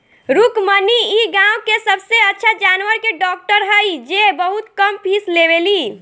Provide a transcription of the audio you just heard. रुक्मिणी इ गाँव के सबसे अच्छा जानवर के डॉक्टर हई जे बहुत कम फीस लेवेली